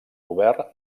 govern